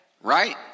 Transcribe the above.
right